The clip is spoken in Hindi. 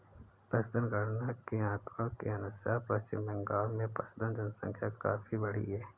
पशुधन गणना के आंकड़ों के अनुसार पश्चिम बंगाल में पशुधन जनसंख्या काफी बढ़ी है